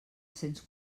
cents